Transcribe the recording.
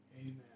Amen